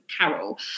Carol